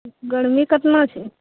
गरमी कतना छै